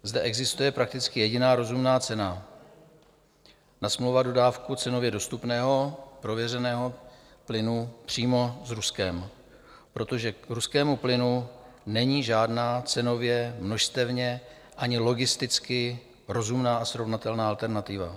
Zde existuje prakticky jediná rozumná cena nasmlouvat dodávku cenově dostupného prověřeného plynu přímo s Ruskem, protože k ruskému plynu není žádná cenově, množstevně ani logisticky rozumná a srovnatelná alternativa.